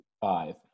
Five